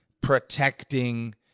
protecting